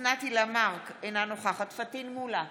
אוסנת הילה מארק, נגד פטין מולא,